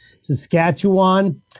saskatchewan